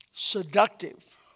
Seductive